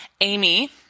Amy